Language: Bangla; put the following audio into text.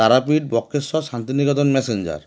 তারাপীঠ বক্রেশ্বর শান্তিনিকেতন ম্যাসেঞ্জোর